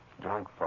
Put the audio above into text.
Drunk